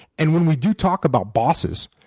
and when we do talk about bosses,